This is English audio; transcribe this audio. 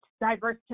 diverse